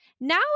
Now